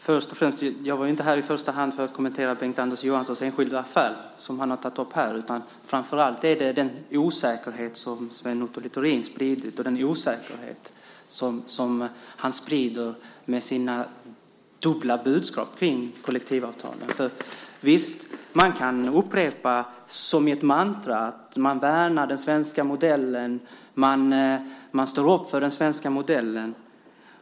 Fru talman! Jag var inte här i första hand för att kommentera Bengt-Anders Johanssons enskilda affär som han har tagit upp här, utan det handlar framför allt om den osäkerhet som Sven Otto Littorin har spridit och den osäkerhet som han sprider med sina dubbla budskap kring kollektivavtalen. Visst, man kan upprepa som ett mantra att man värnar den svenska modellen. Man står upp för den svenska modellen.